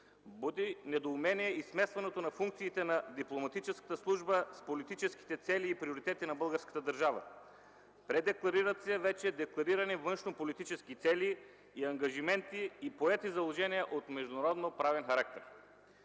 Буди недоумение и смесването на функциите на дипломатическата служба с политическите цели и приоритети на българската държава. Предекларират се вече декларирани външнополитически цели и ангажименти, и поети задължения от международноправен характер.